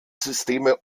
systeme